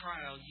trial